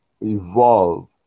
evolve